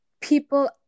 people